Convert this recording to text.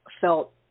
felt